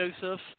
Joseph